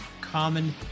common